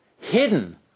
hidden